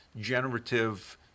generative